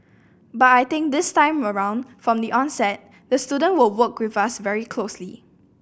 but I think this time around from the onset the student will work with us very closely